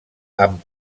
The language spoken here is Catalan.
amb